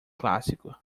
clássico